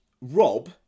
Rob